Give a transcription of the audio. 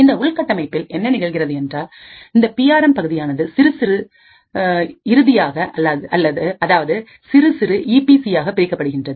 இந்த உள்கட்டமைப்பில் என்ன நிகழ்கிறது என்றால் இந்த பி ஆர் எம் பகுதியானது சிறுசிறு இறுதியாக அதாவது சிறுசிறு ஈ பி சி ஆக பிரிக்கப்படுகின்றது